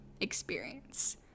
experience